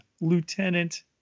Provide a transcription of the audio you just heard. Lieutenant